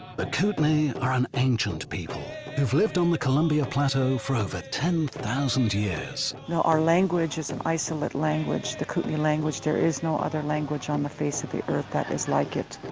the kootenai are an ancient people, who've lived on the columbia plateau for over ten thousand years. our language is an isolate language, the kootenai language, there is no other language on the face of the earth that is like it.